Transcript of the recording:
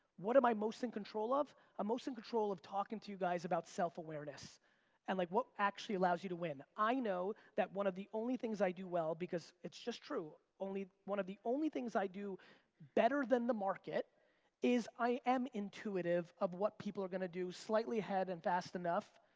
what am i most in control of? i'm most in control of talking to you guys about self-awareness and like what actually allows you to win. i know that one of the only things i do well because it's just true, one of the only things i do better than the market is, i am intuitive of what people are gonna do, slightly ahead and fast enough.